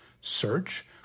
search